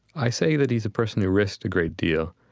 i say that he's a person who risked a great deal,